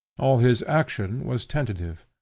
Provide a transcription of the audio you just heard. all his action was tentative,